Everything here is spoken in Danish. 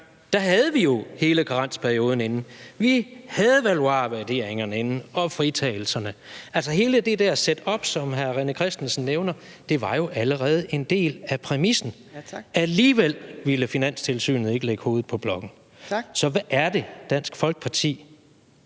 havde vi jo hele karensperioden inde. Vi havde valuarvurderingerne inde og fritagelserne – altså hele det der setup, som hr. René Christensen nævner, var jo allerede en del af præmissen. Alligevel ville Finanstilsynet ikke lægge hovedet på blokken. Så hvad er det, der er